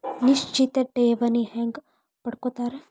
ನಿಶ್ಚಿತ್ ಠೇವಣಿನ ಹೆಂಗ ಪಡ್ಕೋತಾರ